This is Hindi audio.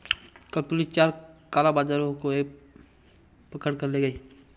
कल पुलिस चार कालाबाजारियों को पकड़ कर ले गए